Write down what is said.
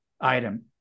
item